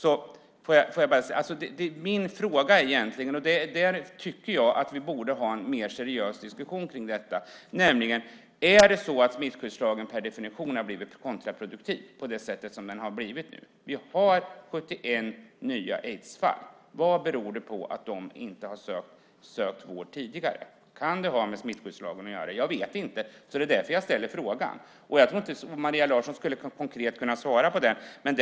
Jag tycker att vi borde ha en mer seriös diskussion kring detta. Är det så att smittskyddslagen per definition har blivit kontraproduktiv på det sätt som den nu har blivit? Vi har 71 nya aidsfall. Vad beror det på att de personerna inte har sökt vård tidigare? Kan det ha med smittskyddslagen att göra? Jag vet inte. Det är därför jag ställer frågan. Jag tror inte att Maria Larsson skulle kunna svara konkret på den.